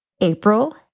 April